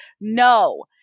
No